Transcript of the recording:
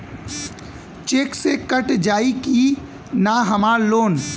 Check से cut जाई की ना हमार लोन?